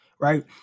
Right